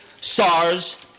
SARS